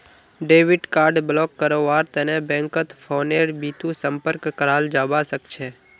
debit card block करव्वार तने बैंकत फोनेर बितु संपर्क कराल जाबा सखछे